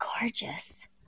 gorgeous